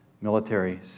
military